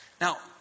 Now